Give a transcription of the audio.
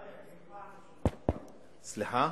גאלב, היא פעם ראשונה, סליחה?